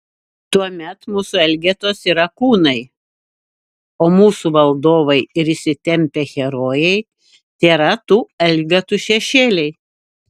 tuomet mūsų elgetos yra kūnai o mūsų valdovai ir išsitempę herojai tėra tų elgetų šešėliai